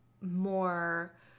more